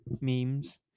memes